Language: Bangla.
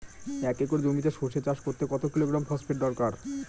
এক একর জমিতে সরষে চাষ করতে কত কিলোগ্রাম ফসফেট দরকার?